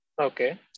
Okay